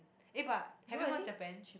eh but have you gone Japan